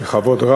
שיחליף אותך?